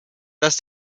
dass